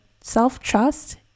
self-trust